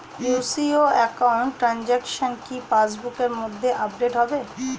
UCO account transaction কি পাস বুকের মধ্যে আপডেট হবে?